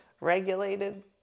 regulated